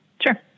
Sure